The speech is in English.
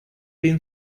been